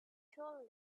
told